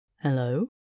Hello